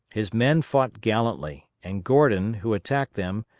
his men fought gallantly, and gordon, who attacked them,